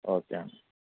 okay అండి